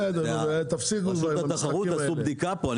תעשו בדיקה פה.